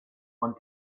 one